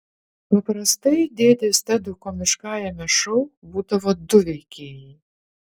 paprastai dėdės tedo komiškajame šou būdavo du veikėjai